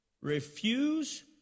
Refuse